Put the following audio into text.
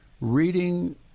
reading